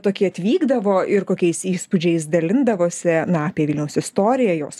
tokie atvykdavo ir kokiais įspūdžiais dalindavosi na apie vilniaus istoriją jos